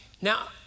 Now